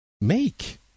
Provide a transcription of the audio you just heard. make